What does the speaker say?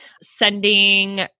sending